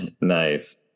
nice